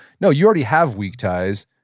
no you already have weak ties,